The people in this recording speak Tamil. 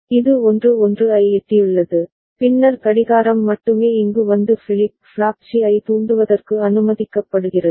இது 1 1 ஐ எட்டியுள்ளது பின்னர் கடிகாரம் மட்டுமே இங்கு வந்து ஃபிளிப் ஃப்ளாப் சி ஐ தூண்டுவதற்கு அனுமதிக்கப்படுகிறது